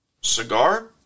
Cigar